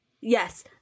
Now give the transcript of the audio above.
Yes